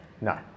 No